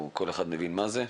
כל אחד מבין מה זה.